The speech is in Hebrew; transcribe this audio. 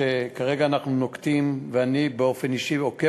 שכרגע אנחנו נוקטים ואני באופן אישי עוקב